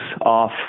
off